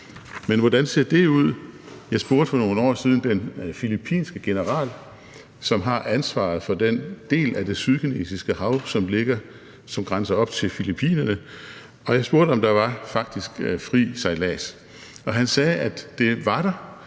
Men hvordan ser dét ud? Jeg spurgte for nogle år siden den filippinske general, som har ansvaret for den del af Det Sydkinesiske Hav, som grænser op til Filippinerne, om der faktisk var fri sejlads. Og han sagde, at det var der,